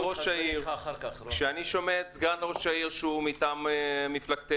ראש העיר ואת סגן ראש העיר שהוא מטעם מפלגתנו,